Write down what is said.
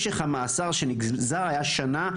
משך המאסר שנגזר היה שנה,